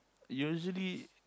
usually